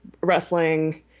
wrestling